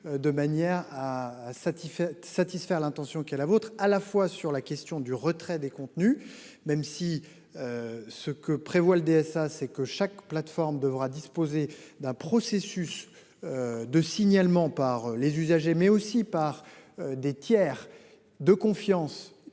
à satisfaire satisfaire l'intention qui est la vôtre, à la fois sur la question du retrait des contenus, même si. Ce que prévoit le DSA, c'est que chaque plateforme devra disposer d'un processus. De signalement par les usagers mais aussi par des tiers de confiance identifiée